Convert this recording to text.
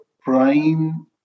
prime